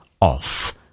off